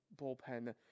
bullpen